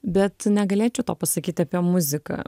bet negalėčiau to pasakyti apie muziką